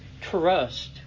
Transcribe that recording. trust